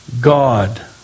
God